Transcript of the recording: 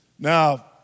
Now